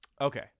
Okay